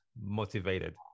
motivated